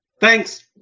Thanks